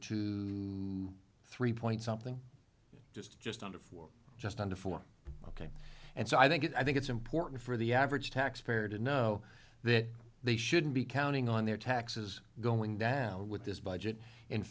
to three point something just to just under four just under four ok and so i think it i think it's important for the average taxpayer to know that they shouldn't be counting on their taxes going down with this budget in